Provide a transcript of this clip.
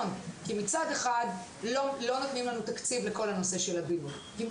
שתי עבודות כלכליות שהגשנו גם למשרד הבריאות, וגם